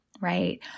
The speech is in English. right